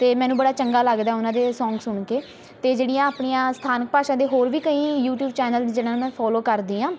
ਅਤੇ ਮੈਨੂੰ ਬੜਾ ਚੰਗਾ ਲੱਗਦਾ ਉਹਨਾਂ ਦੇ ਸੌਂਗ ਸੁਣ ਕੇ ਅਤੇ ਜਿਹੜੀਆਂ ਆਪਣੀਆਂ ਸਥਾਨਕ ਭਾਸ਼ਾ ਦੇ ਹੋਰ ਵੀ ਕਈ ਯੂਟੀਊਬ ਚੈਨਲਸ ਜਿਹਨਾਂ ਦਾ ਫੋਲੋ ਕਰਦੀ ਹਾਂ